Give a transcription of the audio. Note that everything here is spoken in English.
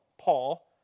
Paul